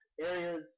Areas